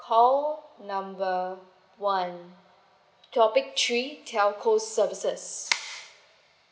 call number one topic three telco services